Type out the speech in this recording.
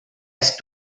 eest